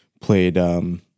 played